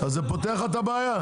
אז זה פותר לך את הבעיה,